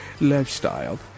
lifestyle